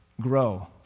grow